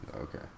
Okay